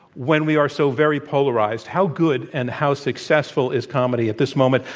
when we are so very polarized, how good and how successful is comedy at this moment,